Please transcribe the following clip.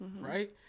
right